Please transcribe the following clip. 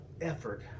effort